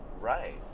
Right